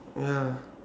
ya